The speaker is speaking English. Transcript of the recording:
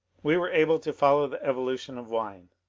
we were able to follow the evolution of wine.